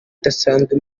idasanzwe